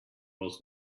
was